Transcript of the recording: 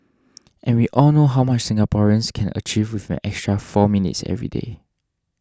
and we all know how much Singaporeans can achieve with an extra four minutes every day